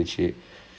oh okay